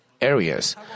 areas